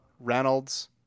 Reynolds